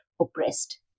oppressed